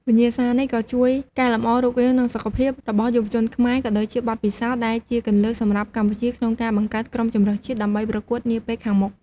វិញ្ញាសានេះក៏ជួយកែលម្អរូបរាង និងសុខភាពរបស់យុវជនខ្មែរ ក៏ដូចជាបទពិសោធន៍ ដែលជាគន្លឹះសម្រាប់កម្ពុជាក្នុងការបង្កើតក្រុមជម្រើសជាតិ ដើម្បីប្រកួតនាពេលខាងមុខ។